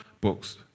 books